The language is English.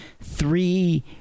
three